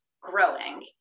growing